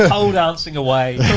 ah pole dancing away.